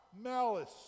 malice